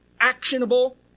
actionable